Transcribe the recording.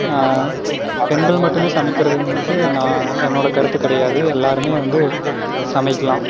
பெண்கள் மட்டுமே சமைக்கிறதுங்குறது நான் என்னோடய கருத்து கிடையாது எல்லாருமே வந்து சமைக்கலாம்